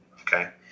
Okay